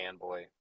fanboy